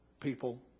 People